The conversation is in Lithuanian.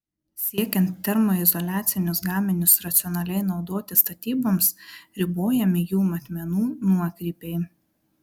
siekiant termoizoliacinius gaminius racionaliai naudoti statyboms ribojami jų matmenų nuokrypiai